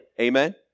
Amen